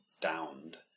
downed